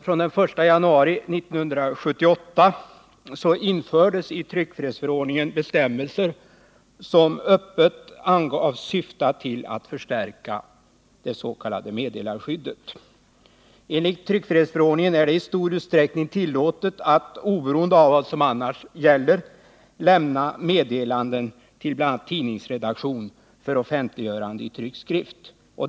Från den 1 januari 1978 infördes i tryckfrihetsförordningen bestämmelser, som öppet angavs syfta till att förstärka det s.k. meddelarskyddet. Enligt tryckfrihetsförordningen är det i stor utsträckning tillåtet att, oberoende av vad som annars gäller, lämna meddelanden till bl.a. tidningsredaktion för offentliggörande i tryckt skrift.